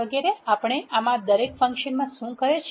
ચાલો જોઈએ કે આમાંના દરેક ફંક્શન શું કરે છે